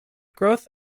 growth